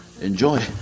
Enjoy